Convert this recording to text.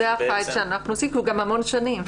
זה החיץ שאנחנו עושים כי הוא גם המון שנים,